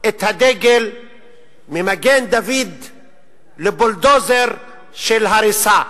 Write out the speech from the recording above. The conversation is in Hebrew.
את הדגל ממגן-דוד לבולדוזר של הריסה.